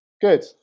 good